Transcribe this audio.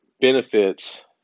benefits